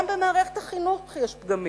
גם במערכת החינוך יש פגמים,